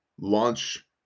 Launch